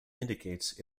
indicates